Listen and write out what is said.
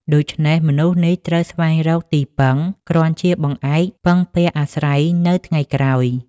ដូច្នេះមនុស្សនេះត្រូវស្វែងរកទីពឹង គ្រាន់ជាបង្អែកពឹងពាក់អាស្រ័យនៅថ្ងៃក្រោយ ។